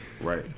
Right